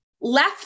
left